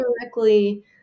directly